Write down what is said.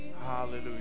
Hallelujah